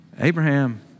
Abraham